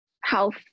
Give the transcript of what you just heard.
health